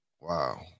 Wow